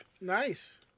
Nice